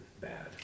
bad